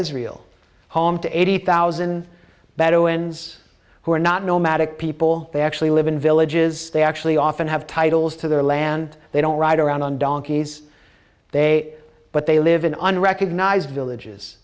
israel home to eighty thousand bedouins who are not nomadic people they actually live in villages they actually often have titles to their land they don't ride around on donkeys they but they live in unrecognized villages